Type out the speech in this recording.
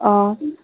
অ